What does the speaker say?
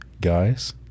guys